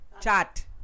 Chat